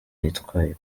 yitwaye